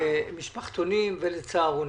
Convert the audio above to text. למשפחתונים ולצהרונים.